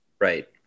Right